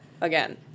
again